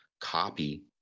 copy